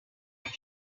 your